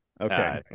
Okay